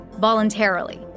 voluntarily